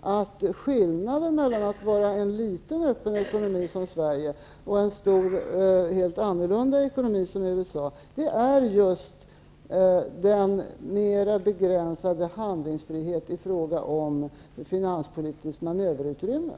att skillnaden mellan en liten öppen ekonomi som i Sverige och en stor helt annorlunda ekonomi som i USA är just en mer begränsad handlingsfrihet i fråga om finanspolitiskt manöverutrymme.